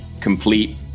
complete